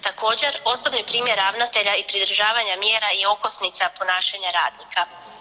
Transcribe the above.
Također osobni primjer ravnatelja i pridržavanja mjera je okosnica ponašanja radnika.